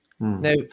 Now